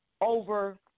over